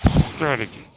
strategies